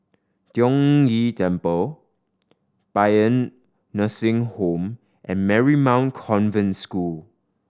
Tiong Ghee Temple Paean Nursing Home and Marymount Convent School